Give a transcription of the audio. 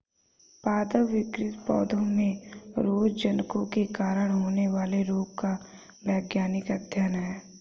पादप विकृति पौधों में रोगजनकों के कारण होने वाले रोगों का वैज्ञानिक अध्ययन है